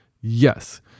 Yes